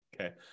Okay